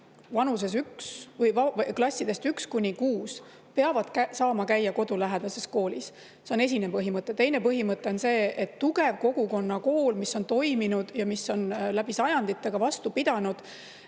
lapsed klassides 1–6 peavad saama käia kodulähedases koolis. See on esimene põhimõte. Teine põhimõte on see, et tugeva kogukonnakooliga, mis on toiminud ja mis on läbi sajandite ka vastu pidanud,